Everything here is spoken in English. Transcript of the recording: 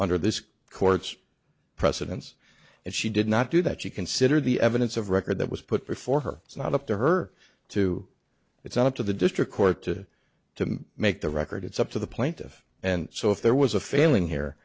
under this court's precedents and she did not do that she considered the evidence of record that was put before her it's not up to her to it's up to the district court to to make the record it's up to the plaintiff and so if there was a failing here